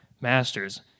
Masters